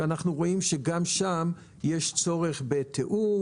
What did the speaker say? ואנחנו רואים שגם שם יש צורך בתיאום